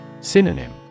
Synonym